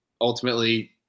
ultimately